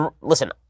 Listen